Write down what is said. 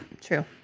True